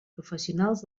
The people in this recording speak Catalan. professionals